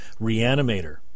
reanimator